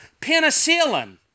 penicillin